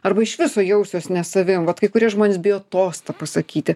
arba iš viso jausiuos ne savim vat kai kurie žmonės bijo tos tą pasakyti